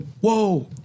Whoa